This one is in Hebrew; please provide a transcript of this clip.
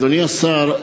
אדוני השר,